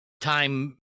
time